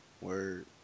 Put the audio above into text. Word